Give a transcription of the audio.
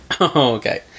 Okay